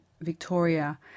Victoria